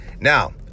Now